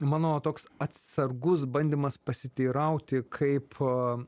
mano toks atsargus bandymas pasiteirauti kaip